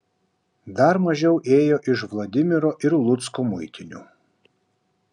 dar mažiau ėjo iš vladimiro ir lucko muitinių